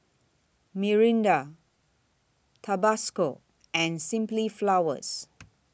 Mirinda Tabasco and Simply Flowers